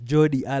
Jody